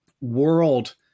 world